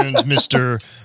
Mr